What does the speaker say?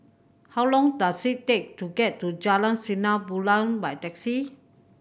how long does it take to get to Jalan Sinar Bulan by taxi